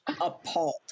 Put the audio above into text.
appalled